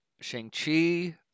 Shang-Chi